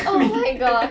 oh my god